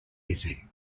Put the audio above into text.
busy